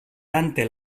dante